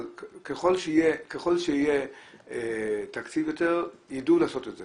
ככל שיהיה יותר תקציב, ידעו לעשות את זה.